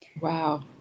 Wow